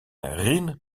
geen